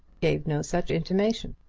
gave no such intimation.